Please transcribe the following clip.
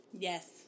Yes